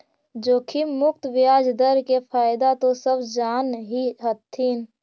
जोखिम मुक्त ब्याज दर के फयदा तो सब जान हीं हथिन